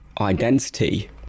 identity